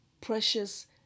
precious